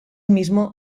mismo